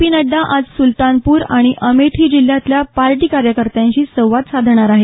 P Nadda आज सुलतानपूर आणि अमेठी जिल्ह्यातल्या पार्टी कार्यकर्त्यांशी संवाद साधणार आहेत